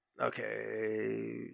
Okay